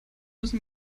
müssen